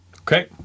Okay